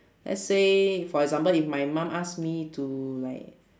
let's say for example if my mum ask me to like